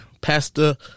Pastor